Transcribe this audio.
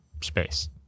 space